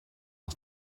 aus